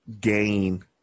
gain